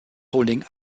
holding